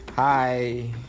Hi